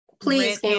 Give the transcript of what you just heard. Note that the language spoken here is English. please